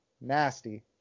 Nasty